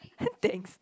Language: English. thanks